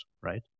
right